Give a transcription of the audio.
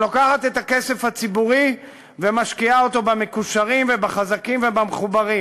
שלוקחת את הכסף הציבורי ומשקיעה אותו במקושרים ובחזקים ובמחוברים,